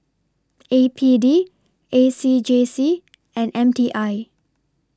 A P D A C J C and M T I